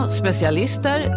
specialister